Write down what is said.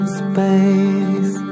space